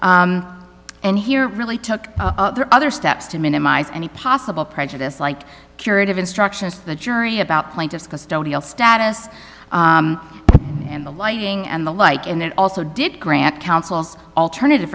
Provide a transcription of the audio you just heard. and here really took other steps to minimize any possible prejudice like curative instructions to the jury about plaintiff's custodial status and the lighting and the like and it also did grant councils alternative